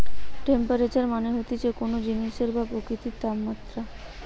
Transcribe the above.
temperature মানে হতিছে কোন জিনিসের বা প্রকৃতির তাপমাত্রা